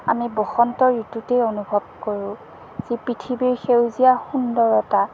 আমি বসন্ত ঋতুতেই অনুভৱ কৰোঁ যি পৃথিৱীৰ সেউজীয়া সুন্দৰতা